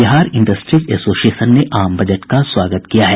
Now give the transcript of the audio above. Bihar industries association ने आम budget का स्वागत किया है